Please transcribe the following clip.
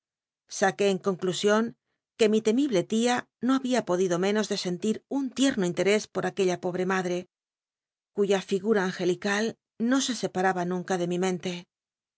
saqué en conclusion que mi temible tia no había podido menos de senti r un tient o interés por u uella pobre mad rc cuya fi ura angelical no se separaba nunca de rn i mente